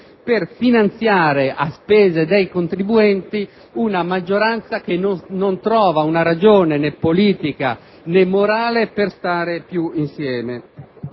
per finanziare, a spese dei contribuenti, una maggioranza che non trova una ragione né politica né morale per stare più insieme.